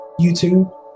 YouTube